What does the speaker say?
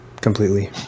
completely